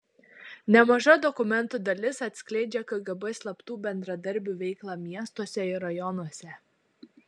nemaža dokumentų dalis atskleidžia kgb slaptų bendradarbių veiklą miestuose ir rajonuose